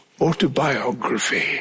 autobiography